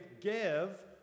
give